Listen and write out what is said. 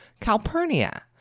Calpurnia